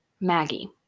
Maggie